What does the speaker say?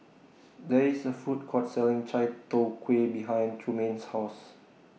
There IS A Food Court Selling Chai Tow Kway behind Trumaine's House